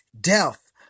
Death